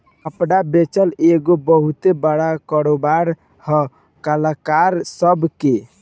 कपड़ा बेचल एगो बहुते बड़का कारोबार है कलाकार सभ के